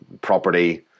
property